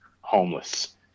homeless